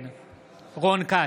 נגד רון כץ,